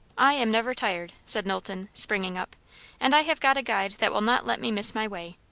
i am never tired, said knowlton, springing up and i have got a guide that will not let me miss my way.